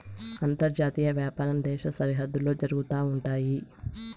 అంతర్జాతీయ వ్యాపారం దేశ సరిహద్దుల్లో జరుగుతా ఉంటయి